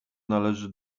należy